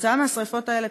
בגלל השרפות האלה,